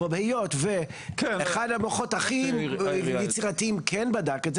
אבל היות ואחד המוחות הכי גדולים ויצירתיים כן בדק את זה,